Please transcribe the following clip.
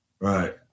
Right